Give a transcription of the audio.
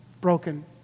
broken